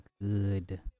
good